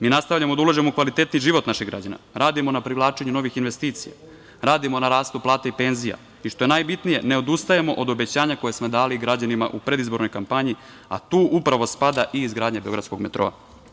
Mi nastavljamo da ulažemo u kvalitetniji život našeg građana, radimo na privlačenju novih investicija, radimo na rastu i penzija i, što je najbitnije, ne odustajemo od obećanja koje smo dali građanima u predizbornoj kampanji, a tu upravo spada i izgradnja beogradskog metroa.